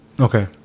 Okay